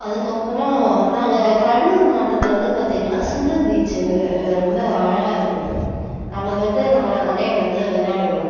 அதுக்கு அப்புறோம் நாங்கள் கடலூர் மாவட்டத்தில் வந்து பார்த்திங்ன்னா சில்வர் பீச் வந்து ரொம்ப அழகாக இருக்கும் அங்கே பார்த்தா நிறையா வந்து விளாடுவோம்